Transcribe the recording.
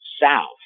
south